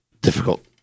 difficult